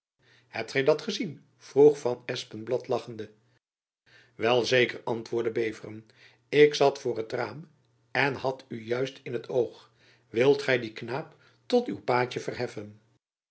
hebt gy dat gezien vroeg van espenblad lachende wel zeker antwoordde beveren ik zat voor het raam en had u juist in t oog wilt gy dien knaap tot uw paadje